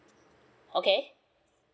okay